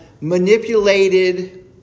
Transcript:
manipulated